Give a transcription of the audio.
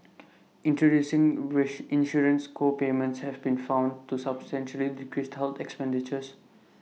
introducing wish insurance co payments have been found to substantially decrease health expenditures